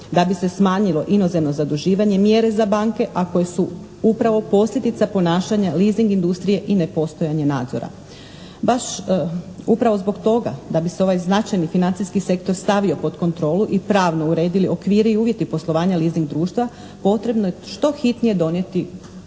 da bi se smanjilo inozemno zaduživanje mjere za banke a koje su upravo posljedica ponašanja leasing industrije i nepostojanja nadzora. Baš upravo zbog toga da bi se ovaj značajni financijski sektor stavio pod kontrolu i pravno uredili okviri i uvjeti poslovanja leasing društva potrebno je što hitnije donijeti